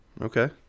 Okay